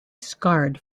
scarred